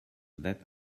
that